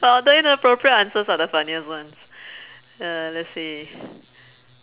well the inappropriate answers are the funniest ones uh let's see